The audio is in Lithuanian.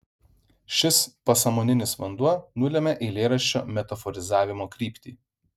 šis pasąmoninis vanduo nulemia eilėraščio metaforizavimo kryptį